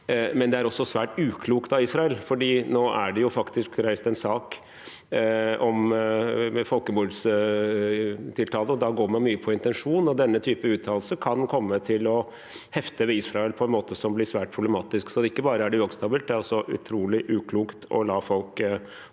– det er også svært uklokt av Israel, for nå er det faktisk reist en sak om folkemordtiltale. Da går man mye på intensjon, og denne type uttalelser kan komme til å hefte ved Israel på en måte som blir svært problematisk. Ikke bare er det uakseptabelt, det er også utrolig uklokt å la folk holde